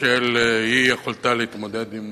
אי-יכולתה להתמודד עם